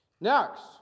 Next